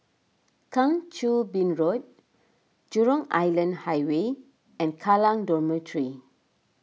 Kang Choo Bin Road Jurong Island Highway and Kallang Dormitory